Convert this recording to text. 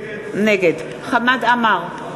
נגד חמד עמאר,